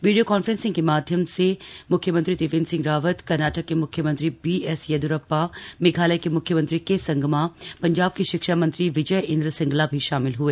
video conferencing में मुख्यमंत्री त्रिवेन्द्र सिंह रावत कर्नाटक के म्ख्यमंत्री बीएस येदिय्रप्पा मेघालय के म्ख्यमंत्री के संगमा पंजाब के शिक्षा मंत्री विजय इन्द्र सिंगला भी शामिल हए